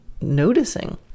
noticing